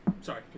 sorry